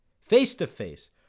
face-to-face